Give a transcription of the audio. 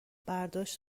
برداشت